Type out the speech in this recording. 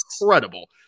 incredible